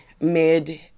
mid